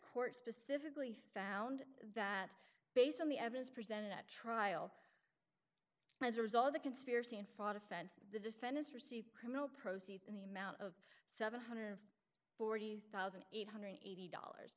court specifically found that based on the evidence presented at trial as a result of the conspiracy and fraud offense the defendants receive criminal proceeds in the amount of seven hundred and forty thousand eight hundred and eighty dollars